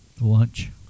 Lunch